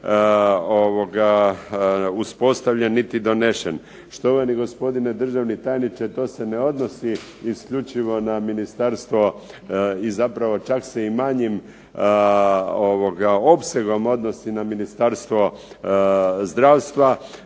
niti donesen. Štovani gospodine državni tajniče to se ne odnosi isključivo na ministarstvo i zapravo čak se i manjim opsegom odnosi na Ministarstvo zdravstva,